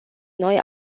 noi